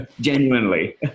genuinely